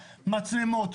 מצלמות,